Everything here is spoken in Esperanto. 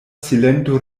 silento